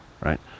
right